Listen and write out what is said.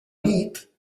nit